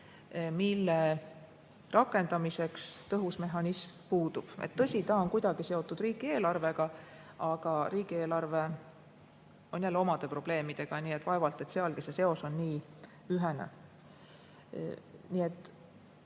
mille rakendamiseks tõhus mehhanism puudub. Tõsi, ta on kuidagi seotud riigieelarvega, aga riigieelarve on oma probleemidega, nii et vaevalt sealgi see seos nii ühene